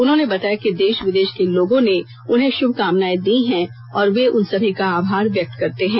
उन्होंने बताया कि देश विदेश के लोगों ने उन्हें श्रभकामनाएं दी हैं और वे उन सभी का आभार व्यक्त करते हैं